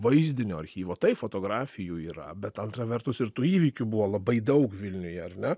vaizdinio archyvo taip fotografijų yra bet antra vertus ir tų įvykių buvo labai daug vilniuje ar ne